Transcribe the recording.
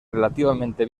relativamente